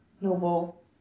noble